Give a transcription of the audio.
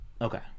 Okay